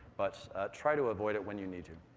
but try to avoid it when you need to.